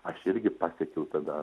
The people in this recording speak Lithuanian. aš irgi pasekiau tada